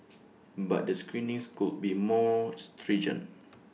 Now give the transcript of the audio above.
but the screenings could be made more stringent